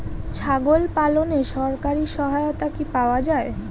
ছাগল পালনে সরকারি সহায়তা কি পাওয়া যায়?